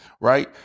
Right